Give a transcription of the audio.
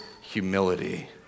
humility